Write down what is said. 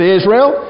Israel